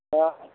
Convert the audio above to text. दा